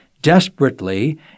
desperately